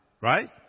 right